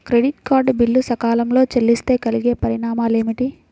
Credit card bill సకాలంలో చెల్లిస్తే కలిగే పరిణామాలేమిటి?